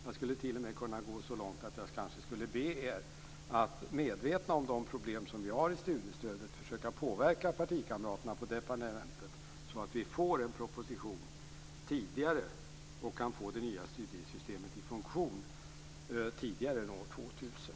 Jag skulle t.o.m. kunna gå så långt att jag ber er att, medvetna om de problem som vi har i studiestödet, försöka påverka partikamraterna på departementet så att vi får en proposition tidigare och kan få det nya studiestödssystemet i funktion tidigare än år 2000.